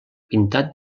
pintat